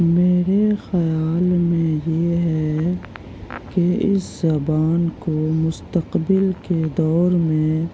میرے خیال میں یہ ہے کہ اس زبان کو مستقبل کے دور میں